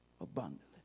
abundantly